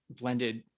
blended